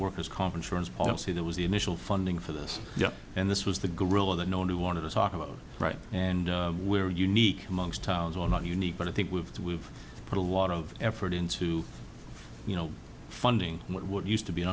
worker's comp insurance policy that was the initial funding for this and this was the gorilla that no one who wanted to talk about right and we're unique amongst all not unique but i think we've we've put a lot of effort into you know funding what used to be